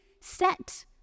set